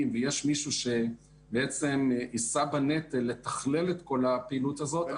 ויש מישהו שיישא בנטל לתכלל את כל הפעילות הזאת,